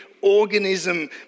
organism